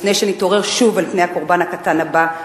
לפני שנתעורר שוב אל פני הקורבן הקטן הבא,